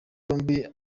yombi